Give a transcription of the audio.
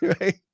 right